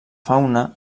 fauna